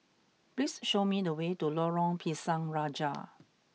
please show me the way to Lorong Pisang Raja